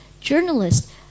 Journalists